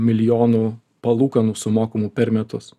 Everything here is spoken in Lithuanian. milijonų palūkanų sumokamų per metus